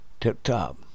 tip-top